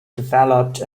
developed